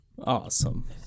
Awesome